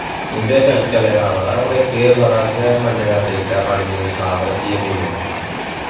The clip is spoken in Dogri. उं'दे चले दा अ'वा दे ऐ एह् बड़ा गै इक मनने दा तरीके ऐ पानियै साफ रक्खियै पीने दा